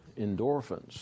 Endorphins